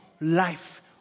life